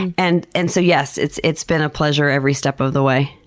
and and so yes, it's it's been a pleasure every step of the way.